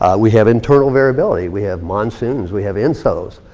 ah we have internal variability. we have monsoons, we have enso's.